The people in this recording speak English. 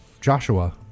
Joshua